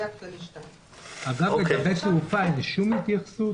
זה הכללי 2. אגב, לגבי תעופה, אין התייחסות?